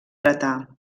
dretà